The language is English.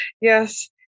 Yes